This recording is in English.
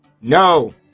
No